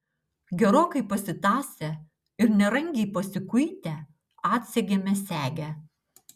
gerokai pasitąsę ir nerangiai pasikuitę atsegėme segę